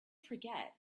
forget